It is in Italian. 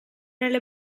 nelle